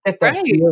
Right